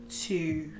two